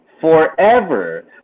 forever